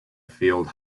field